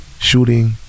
shooting